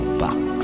box